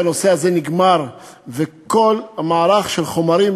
שהנושא הזה נגמר וכל המערך של חומרים